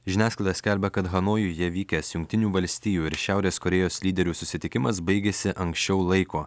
žiniasklaida skelbia kad hanojuje vykęs jungtinių valstijų ir šiaurės korėjos lyderių susitikimas baigėsi anksčiau laiko